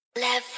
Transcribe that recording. Level